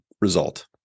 result